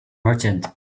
merchant